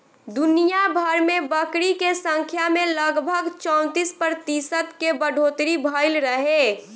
दुनियाभर में बकरी के संख्या में लगभग चौंतीस प्रतिशत के बढ़ोतरी भईल रहे